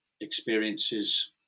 experiences